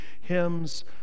hymns